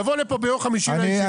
לבוא לפה ביום חמישי לישיבה.